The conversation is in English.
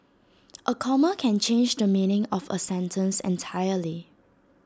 A comma can change the meaning of A sentence entirely